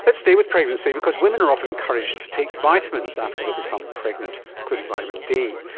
but stay with pregnancy because women are often encouraged to take vitamins after they become pregnant, including vitamin d.